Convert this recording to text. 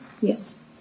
Yes